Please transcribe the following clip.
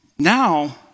Now